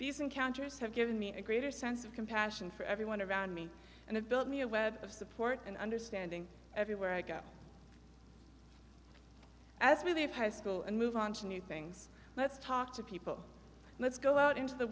these encounters have given me a greater sense of compassion for everyone around me and it built me a web of support and understanding everywhere i go as with a high school and move on to new things let's talk to people let's go out into the